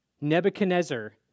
Nebuchadnezzar